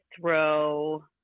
throw –